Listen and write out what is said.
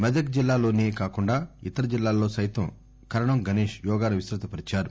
మెదక్ జిల్లాలోసే కాకుండా ఇతర జిల్లాల్లో సైతం కరణం గణేష్ యోగాను విస్తృత పరిచాడు